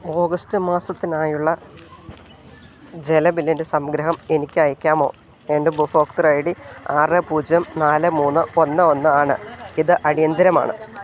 August മാസത്തിനായുള്ള ജല ബില്ലിന്റെ സംഗ്രഹം എനിക്ക് അയയ്ക്കാമോ എന്റെ ഉപഭോക്തൃ ഐ ഡി ആറ് പൂജ്യം നാല് മൂന്ന് ഒന്ന് ഒന്ന് ആണ് ഇത് അടിയന്തിരമാണ്